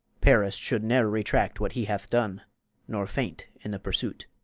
paris should ne'er retract what he hath done nor faint in the pursuit.